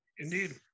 Indeed